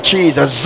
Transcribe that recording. Jesus